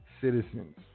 citizens